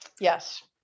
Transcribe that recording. Yes